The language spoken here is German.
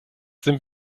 sind